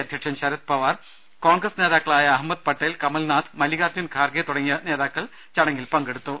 അധ്യക്ഷൻ ശരത്ത് പവാർ കോൺഗ്രസ് നേതാക്കളായ അഹമ്മദ് പ്രട്ടേൽ കമൽനാ ഥ് മല്ലികാർജ്ജുൻ ഖാർഗെ തുടങ്ങിയ നേതാക്കൾ ചടങ്ങിൽ പങ്കെടു ത്തു